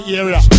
area